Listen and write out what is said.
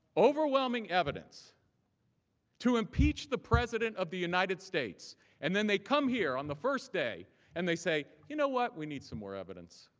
overwhelming evidence to impeach the president of the united states and then they come here on the first day and they say you know we need some more evidence.